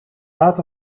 gaat